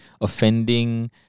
offending